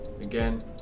Again